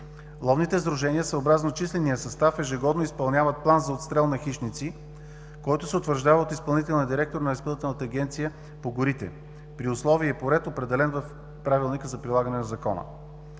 Ловните сдружения съобразно числения състав ежегодно изпълняват план за отстрел на хищници, който се утвърждава от изпълнителния директор на Изпълнителната агенция по горите при условия и по ред, определен в Правилника за прилагане на Закона.